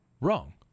wrong